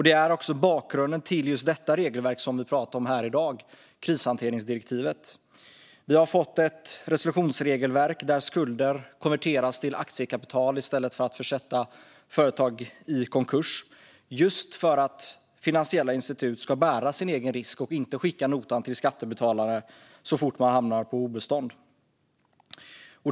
Detta är också bakgrunden till just det regelverk som vi pratar om här i dag, alltså krishanteringsdirektivet. Vi har fått ett resolutionsregelverk där skulder konverteras till aktiekapital i stället för att försätta företag i konkurs, just för att finansiella institut ska bära sin egen risk och inte skicka notan till skattebetalare så fort de hamnar på obestånd.